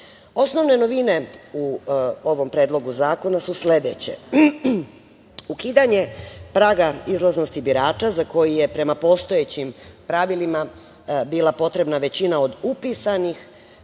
žive. Osnovne novine u ovom predlogu zakona su sledeće. Ukidanje praga izlaznosti birača za koji je prema postojećim pravilima bila potrebna većina od upisanih